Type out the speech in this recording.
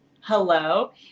hello